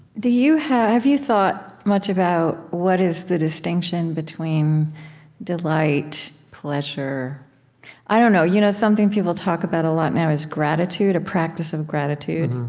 you have you thought much about what is the distinction between delight, pleasure i don't know. you know something people talk about a lot now is gratitude, a practice of gratitude.